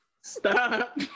stop